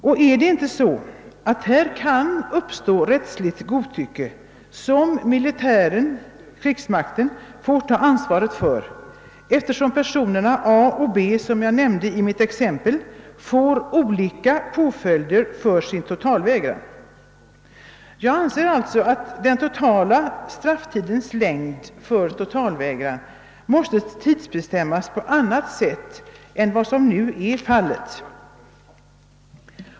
Det rättsliga godtycke som kan uppstå genom att totalvägrare får olika påföljd får krigsmakten ta ansvaret för och det är här vår försvarsminister kommer in i bilden. Jag anser alltså att strafftidens totala längd för totalvägran måste tidsbestämmas på annat sätt än som nu är fallet.